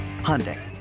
Hyundai